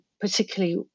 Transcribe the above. particularly